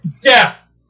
Death